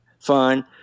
fine